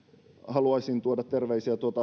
haluaisin tuoda terveisiä